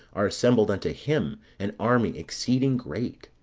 are assembled unto him an army exceeding great